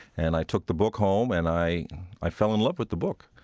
and i took the book home, and i i fell in love with the book.